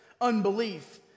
unbelief